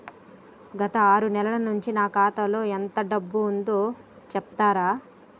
గత ఆరు నెలల నుంచి నా ఖాతా లో ఎంత డబ్బు ఉందో చెప్తరా?